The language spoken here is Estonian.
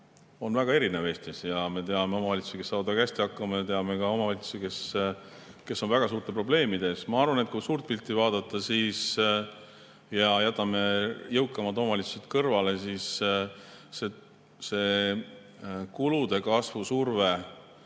on väga erinev Eestis. Me teame omavalitsusi, kes saavad väga hästi hakkama, ja teame ka omavalitsusi, kes on väga suurte probleemide ees. Ma arvan, et kui suurt pilti vaadata – ja jätame jõukamad omavalitsused kõrvale –, siis see kulude kasvu surve